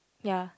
ya